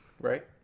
Right